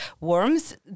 worms